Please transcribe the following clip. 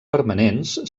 permanents